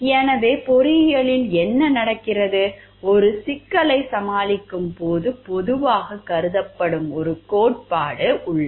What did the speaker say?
எனவே பொறியியலில் என்ன நடக்கிறது ஒரு சிக்கலைச் சமாளிக்கும் போது பொதுவாகக் கருதப்படும் ஒரு கோட்பாடு உள்ளது